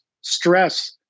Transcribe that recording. stress